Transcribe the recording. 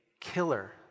killer